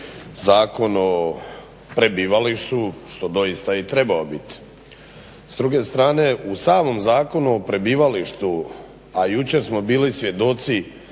Zakon o prebivalištu što je doista i trebao biti. S druge strane u samom Zakonu o prebivalištu, a jučer smo bili svjedoci